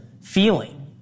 feeling